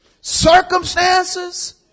circumstances